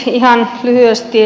ihan lyhyesti